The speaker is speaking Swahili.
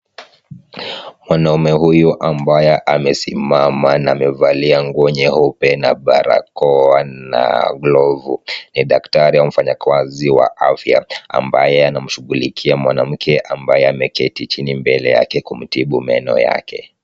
Mwanaume huyu ambaye amesimama na amevalia nguo nyeupe na barakoa na glovu ni daktari au mfanyakazi wa afya ambaye anamshughulikia mwanamke ambaye ameketi chini mbele yake kumtibu meno yake.